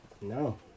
No